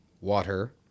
water